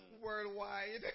worldwide